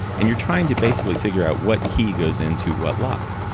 and you're trying to basically figure out what key goes into what look.